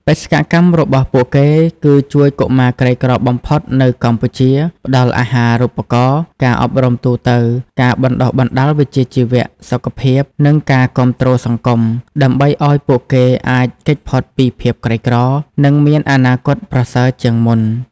បេសកកម្មរបស់ពួកគេគឺជួយកុមារក្រីក្របំផុតនៅកម្ពុជា ផ្តល់អាហារូបករណ៍ ការអប់រំទូទៅ ការបណ្តុះបណ្តាលវិជ្ជាជីវៈ សុខភាព និងការគាំទ្រសង្គម ដើម្បីឱ្យពួកគេអាចគេចផុតពីភាពក្រីក្រ និងមានអនាគតប្រសើរជាងមុន ។